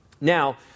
Now